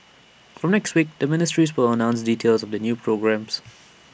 from next week the ministries will announce details of the new programmes